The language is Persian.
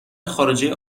خارجه